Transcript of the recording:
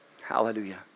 Hallelujah